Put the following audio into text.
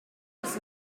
was